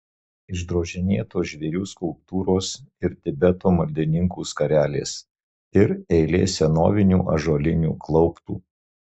išdrožinėtos žvėrių skulptūros ir tibeto maldininkų skarelės ir eilė senovinių ąžuolinių klauptų